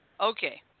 Okay